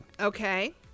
Okay